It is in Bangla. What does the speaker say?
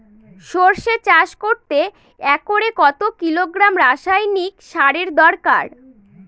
সরষে চাষ করতে একরে কত কিলোগ্রাম রাসায়নি সারের দরকার?